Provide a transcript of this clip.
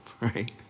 right